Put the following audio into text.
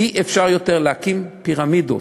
אי-אפשר יותר להקים פירמידות.